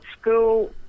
school